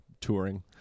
touring